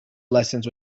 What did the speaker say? lessons